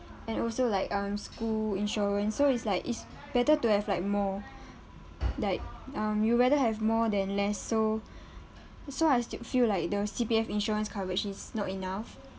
and also like um school insurance so it's like it's better to have like more like um you rather have more than less so so I still feel like the C_P_F insurance coverage is not enough